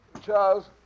Charles